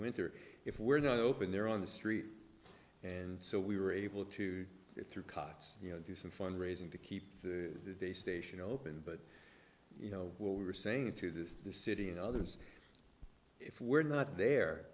winter if we're not open there on the street and so we were able to get through cots you know do some fund raising to keep the day station open but you know what we were saying to this city and others if we're not there